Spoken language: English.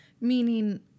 Meaning